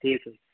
ٹھیٖک چھُ حظ